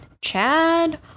Chad